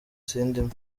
sindimwo